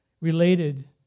related